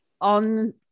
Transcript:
on